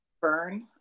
burn